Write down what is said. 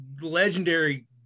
legendary